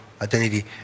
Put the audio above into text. identity